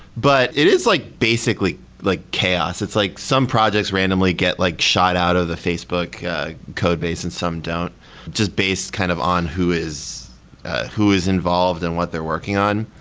but it is like basically like chaos. it's like some projects randomly get like shot out of the facebook ah codebase and some don't just based kind of on who is who is involved and what they're working on.